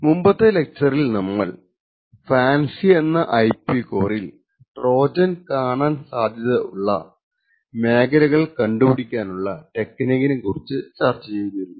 മുമ്പത്തെ ലെക്ച്ചറിൽ നമ്മൾ ഫാൻസി എന്ന ഐപി കോറിൽ ട്രോജൻ കാണാൻ സാധ്യത ഉള്ള മേഖല കണ്ടുപിടിക്കാനുള്ള ടെക്നികിനെ കുറിച്ച് ചർച്ച ചെയ്തിരുന്നു